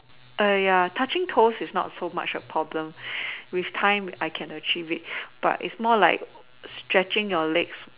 touching toes is not so much a problem with time I can achieve it